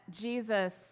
Jesus